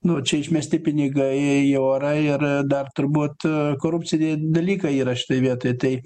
nu čia išmesti pinigai į orą ir dar turbūt korupciniai dalykai yra šitoj vietoj tai